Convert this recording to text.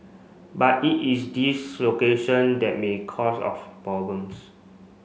but it is this location that may cause of problems